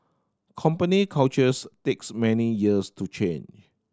company cultures takes many years to change